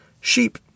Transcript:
sheep